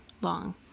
long